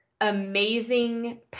amazing